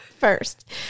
first